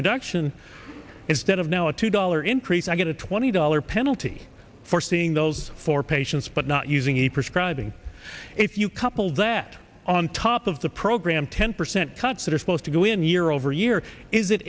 reduction instead of now a two dollar increase i get a twenty dollars penalty for seeing those four patients but not using any prescribing if you couple that on top of the program ten percent cuts that are supposed to go in year over year is it